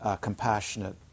compassionate